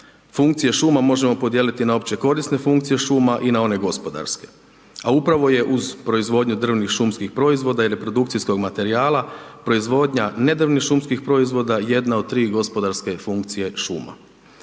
Funkcije šuma možemo podijeliti na opće korisne funkcije šuma i na one gospodarske. A upravo je uz proizvodnju drvnih šumskih proizvoda i reprodukcijskog materijala proizvodnja nedrvnih šumskih proizvoda jedna od tri gospodarske funkcije šuma.